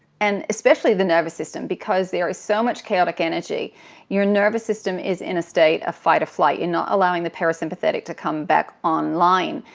and especially the nervous system. because there is so much chaotic energy your nervous system is in a state of fight-or-flight. you're and not allowing the parasympathetic to come back online.